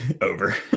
over